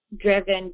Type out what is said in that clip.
driven